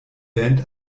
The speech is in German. band